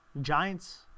Giants